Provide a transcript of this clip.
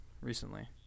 recently